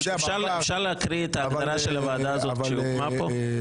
אפשר להקריא את ההגדרה של הוועדה הזאת כשהיא הוקמה פה?